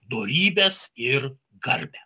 dorybes ir garbę